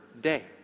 day